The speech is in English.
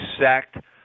sacked